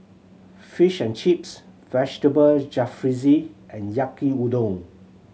Fish and Chips Vegetable Jalfrezi and Yaki Udon